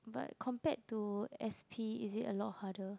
but compared to s_p is it a lot harder